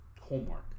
Homework